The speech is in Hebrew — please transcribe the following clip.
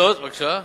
זאת, לא,